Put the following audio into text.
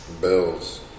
Bills